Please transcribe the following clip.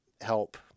help